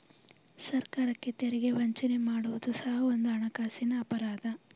ಸರ್ಕಾರಕ್ಕೆ ತೆರಿಗೆ ವಂಚನೆ ಮಾಡುವುದು ಸಹ ಒಂದು ಹಣಕಾಸಿನ ಅಪರಾಧ